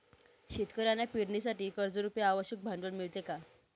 शेतकऱ्यांना पेरणीसाठी कर्जरुपी आवश्यक भांडवल मिळते का?